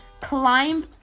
climb